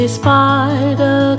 Spider